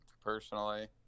personally